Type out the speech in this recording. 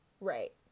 Right